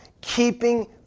keeping